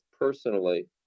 personally